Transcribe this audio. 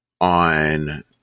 on